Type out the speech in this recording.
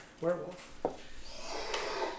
Werewolf